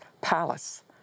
palace